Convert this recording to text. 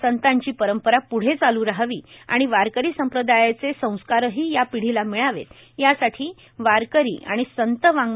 संतांची परंपरा प्ढे चालू रहावी आणि वारकरी सांप्रदायाचे संस्कारही या पिढीला मिळावेत यासाठी वारकरी आणि संत वाड्